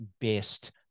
best